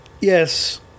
Yes